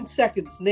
seconds